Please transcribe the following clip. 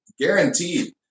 Guaranteed